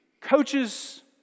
coaches